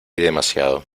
demasiado